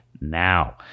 now